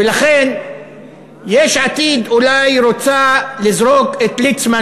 ולכן יש עתיד אולי רוצה לזרוק את ליצמן,